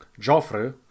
Joffre